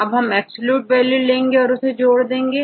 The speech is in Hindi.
अब हम एब्सलूट वैल्यू लेंगे और जोड़ देंगे